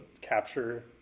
capture